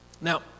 Now